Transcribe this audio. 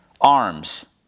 arms